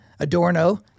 Adorno